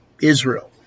Israel